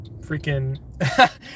Freaking